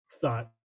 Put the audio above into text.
thought